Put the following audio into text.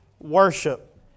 Worship